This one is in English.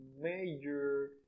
major